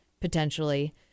potentially